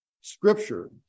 Scripture